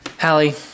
Hallie